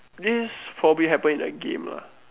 this probably happen in the game ah